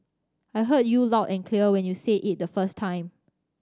I heard you loud and clear when you said it the first time